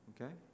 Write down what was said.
Okay